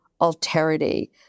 alterity